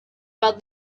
but